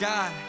God